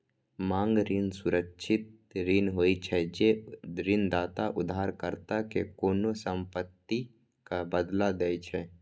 मांग ऋण सुरक्षित ऋण होइ छै, जे ऋणदाता उधारकर्ता कें कोनों संपत्तिक बदला दै छै